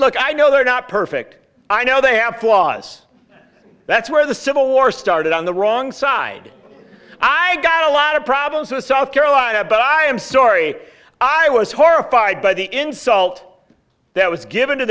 look i know they're not perfect i know they have flaws that's where the civil war started on the wrong side i got a lot of problems with south carolina but i am sorry i was horrified by the insult that was given to